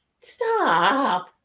stop